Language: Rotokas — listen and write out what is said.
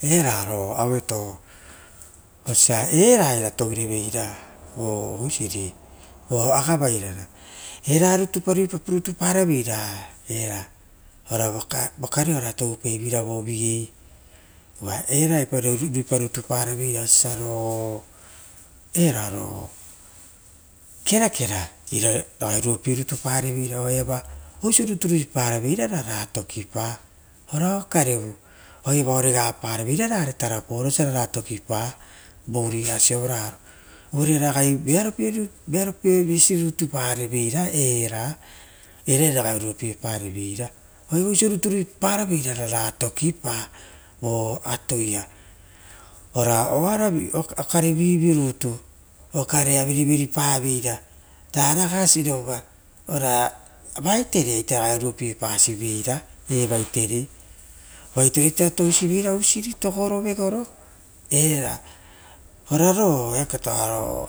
Era auto uva era era ira toureveira oisiri a gaveirara, era rutu pa ruipa rutu para veira vokare okare toupaiveira vo vigei ova era era irapa ruipa rutu para veira oiso osa roia kerakera, ira ragai oruopie rutu pavere, oisora ra tokipa ora okarevu oaia oregapara vera oiso ra ratokipa vo uruia sovaraia uvare ragai vearo pirutu pareveira, era ragai oruopie pareveira oaia oisio rutu ruipa para vera ra ratokipa vo atoia. Ora okaere rovaruto okarea ia virivioupaveira raragai sirova ova vaita ai terea ragai oruopie pasiveira vatere aiterea toasivera vo tokoro vego era ora ro eaketo ro